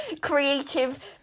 Creative